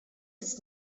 his